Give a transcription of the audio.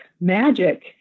magic